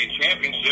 championship